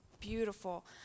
Beautiful